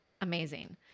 amazing